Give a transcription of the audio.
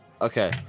Okay